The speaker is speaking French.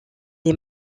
les